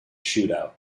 shootout